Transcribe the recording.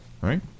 right